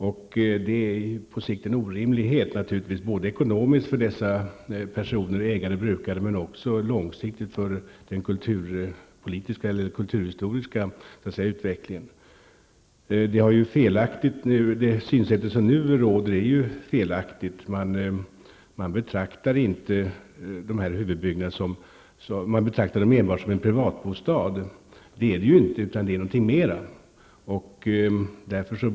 På sikt är detta naturligtvis en orimlighet, såväl ekonomiskt för dessa ägare/brukare som långsiktigt för den kulturhistoriska utvecklingen. Det synsätt som nu råder är felaktigt. Man betraktar dessa huvudbyggnader enbart som en privatbostad. Så är ju inte fallet, utan dessa byggnader är någonting mera än bara en privatbostad.